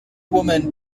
woman